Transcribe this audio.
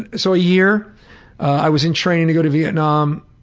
and so a year i was in training to go to vietnam.